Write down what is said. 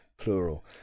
plural